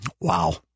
Wow